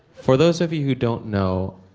for those of you who don't know,